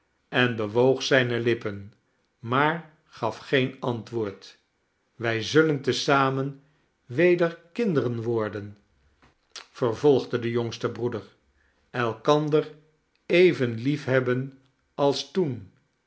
en bewoog zijne lippen maar gaf geen antwoord wij zullen te zamen weder kinderen worden vervolgde de jongste broeder elkander even liefhebben als toen